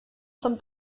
zum